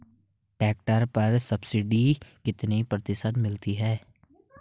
Tractor पर subsidy कितने प्रतिशत मिलती है?